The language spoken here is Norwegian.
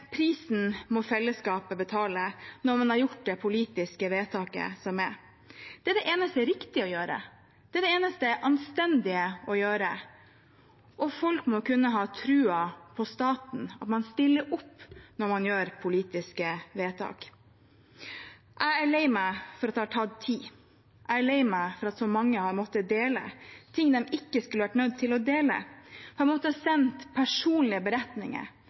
Prisen må fellesskapet betale når man har gjort det politiske vedtaket som er gjort. Det er det eneste riktige å gjøre. Det er det eneste anstendige å gjøre. Folk må kunne ha troen på staten, at man stiller opp når man gjør politiske vedtak. Jeg er lei meg for at det har tatt tid. Jeg er lei meg for at så mange har måttet dele ting de ikke skulle vært nødt til å dele, har måttet sende personlige beretninger.